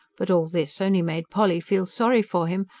but all this only made polly feel sorry for him,